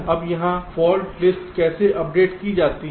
अब यहाँ fault list कैसे अपडेट की जाती है